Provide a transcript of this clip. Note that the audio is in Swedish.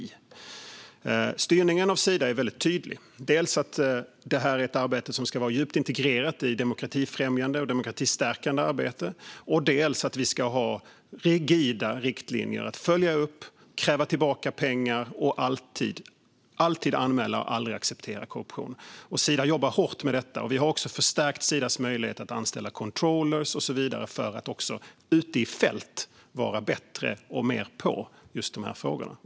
Styrningen av Sida är väldig tydlig. Det handlar dels om att detta är ett arbete som ska vara djupt integrerat i demokratifrämjande och demokratistärkande arbete, dels om att vi ska ha rigida riktlinjer att följa upp, kräva tillbaka pengar och alltid anmäla och aldrig acceptera korruption. Sida jobbar hårt med detta. Vi har också förstärkt Sidas möjligheter att anställa controllrar och så vidare för att också ute i fält vara bättre och mer på i just dessa frågor.